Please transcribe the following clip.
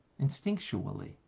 instinctually